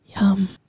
Yum